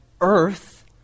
earth